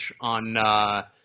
on